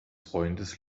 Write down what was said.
freundes